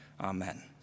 amen